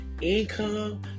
income